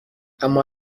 اما